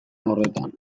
horretan